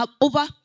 over